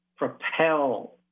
propel